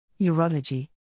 urology